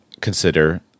consider